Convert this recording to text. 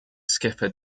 skipper